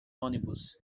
ônibus